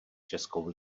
českou